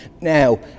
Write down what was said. Now